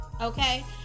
okay